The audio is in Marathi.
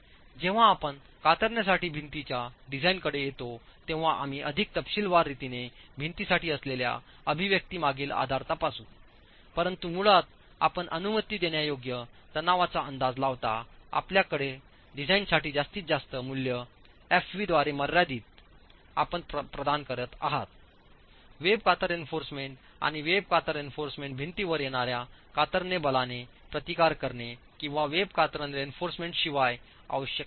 जेव्हा आपण कातरणेसाठी भिंतींच्या डिझाईनकडे येतो तेव्हा आम्ही अधिक तपशीलवार रीतीने भिंतींसाठी असलेल्या अभिव्यक्तीमागील आधार तपासू परंतु मुळात आपण अनुमती देण्यायोग्य तणावांचा अंदाज लावता आपल्या डिझाइनसाठी जास्तीत जास्त मूल्य एफव्ही द्वारे मर्यादित आपण प्रदान करत आहात वेब कातर रीइन्फोर्समेंट आणि वेब कातर रीइन्फोर्समेंट भिंतीवर येणार्या कातरणे बलाने प्रतिकार करणे किंवा वेब कतरण रीइन्फोर्समेंट शिवाय आवश्यक आहे